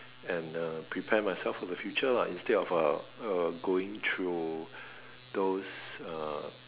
and uh prepare myself for the future lah instead of uh uh going through those uh